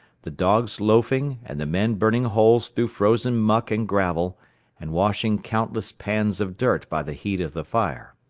the dogs loafing and the men burning holes through frozen muck and gravel and washing countless pans of dirt by the heat of the fire.